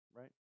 right